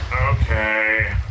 Okay